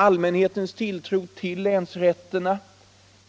Allmänhetens tilltro till länsrätterna